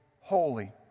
holy